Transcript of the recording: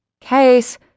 Case